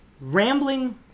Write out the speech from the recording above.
Rambling